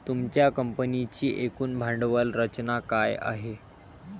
तुमच्या कंपनीची एकूण भांडवल रचना काय आहे?